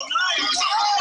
הארץ,